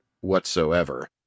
whatsoever